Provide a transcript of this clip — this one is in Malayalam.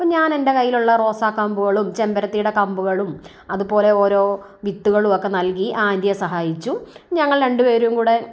അപ്പം ഞാൻ എന്റെ കയ്യിലുള്ള റോസാ കമ്പുകളും ചെമ്പരത്തിടെ കമ്പുകളും അതുപോലെ ഓരോ വിത്തുകളും ഒക്കെ നൽകി ആ ആൻറിയെ സഹായിച്ചു ഞങ്ങൾ രണ്ടു പേരും കൂടെ